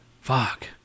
fuck